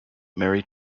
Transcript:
mary